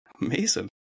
Amazing